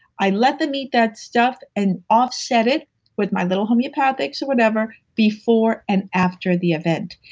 i let them eat that stuff and offset it with my little homeopathics or whatever before and after the event.